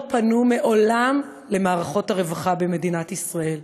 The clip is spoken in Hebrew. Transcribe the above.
פנו מעולם למערכות הרווחה במדינת ישראל